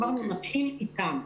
ואמרנו: נתחיל איתם.